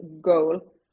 goal